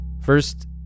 First